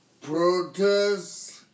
Protests